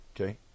Okay